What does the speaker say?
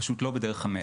פשוט לא בדרך המלך.